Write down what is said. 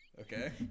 okay